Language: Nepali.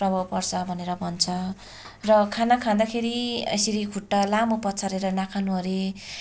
प्रभाव पर्छ भनेर भन्छ र खाना खाँदाखेरि यसरी खुट्टा लामो पसारेर नखानु अरे